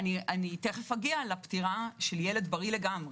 תכף אגיע לפטירה של ילד בריא לגמרי.